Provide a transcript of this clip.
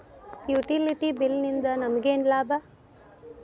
Utility bill ನಿಂದ್ ನಮಗೇನ ಲಾಭಾ?